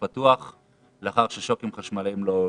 פתוח לאחר ששוקים חשמליים לא הועילו.